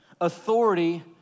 authority